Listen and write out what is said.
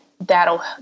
that'll